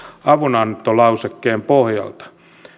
avunantolausekkeen pohjalta